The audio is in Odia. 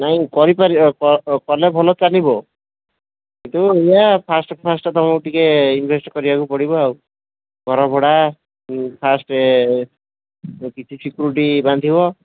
ନାଇଁ କରି ପାରିବ କଲେ ଭଲ ଚାଲିବ କିନ୍ତୁ ଏଇୟା ଫାଷ୍ଟ ଫାଷ୍ଟ ତୁମକୁ ଟିକେ ଇନଭେଷ୍ଟ କରିବାକୁ ପଡ଼ିବ ଆଉ ଘର ଭଡ଼ା ଫାଷ୍ଟେ କିଛି ସିକ୍ୟୁରିଟି ବାନ୍ଧିବ